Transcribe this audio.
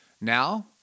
Now